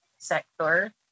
sector